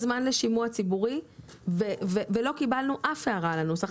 זמן לשימוע ציבורי ולא קיבלנו אף הערה על הנוסח,